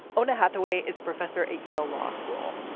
owna hathaway is a professor at yale law school.